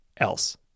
else